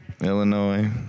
Illinois